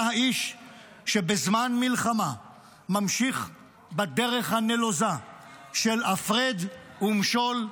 אתה האיש שבזמן מלחמה ממשיך בדרך הנלוזה של הפרד ומשול,